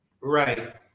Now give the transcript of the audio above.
Right